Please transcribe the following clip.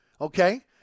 okay